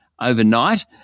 Overnight